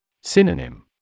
Synonym